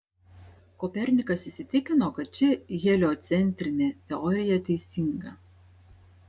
kopernikas įsitikino kad ši heliocentrinė teorija teisinga